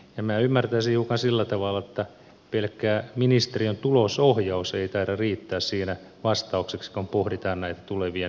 minä ymmärtäisin hiukan sillä tavalla että pelkkä ministeriön tulosohjaus ei taida riittää siinä vastaukseksi kun pohditaan näitten tulevien resurssien riittävyyttä